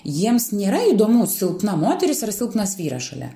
jiems nėra įdomu silpna moteris ar silpnas vyras šalia